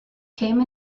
came